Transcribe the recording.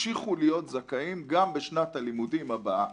ימשיכו להיות זכאים גם בשנת הלימודים הבאה